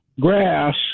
grass